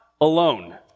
alone